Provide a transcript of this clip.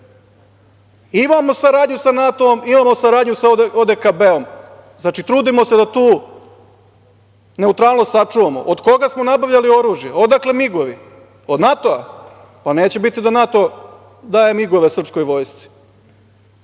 Imamo saradnju sa NATO-om, imamo saradnju sa ODKB-om, znači, trudimo se da tu neutralnost sačuvamo. Od koga smo nabavljali oružje? Odakle MIG-ovi? Od NATO-a? Pa neće biti da NATO daje MIG-ove srpskoj vojsci. Što